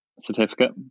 certificate